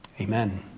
Amen